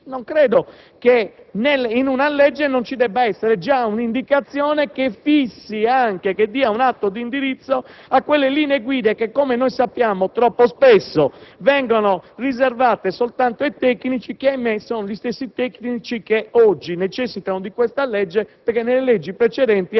al ruolo delle Agenzie, della Conferenza delle Regioni, delle società scientifiche. Non credo, quindi, che in una legge non ci debba essere già un'indicazione che dia un atto di indirizzo alle linee guida che, come sappiamo, troppo spesso vengono riservate soltanto ai tecnici che - ahimé